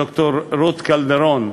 ד"ר רות קלדרון,